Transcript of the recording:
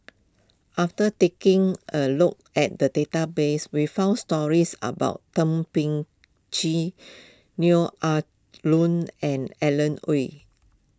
after taking a look at the database we found stories about Thum Ping Tjin Neo Ah Luan and Alan Oei